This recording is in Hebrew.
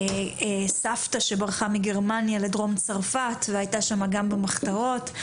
וסבתא שברחה מגרמניה לדרום צרפת והייתה שם גם במחתרות.